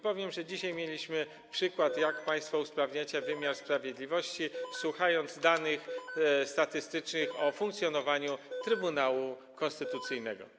Powiem, że dzisiaj mieliśmy przykład, jak państwo usprawniacie wymiar sprawiedliwości, słuchając danych statystycznych, jeżeli chodzi o funkcjonowanie Trybunału Konstytucyjnego.